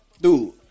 dude